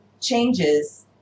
changes